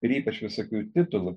ir ypač visokių titulų